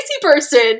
person